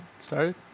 Started